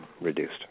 reduced